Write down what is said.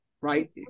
Right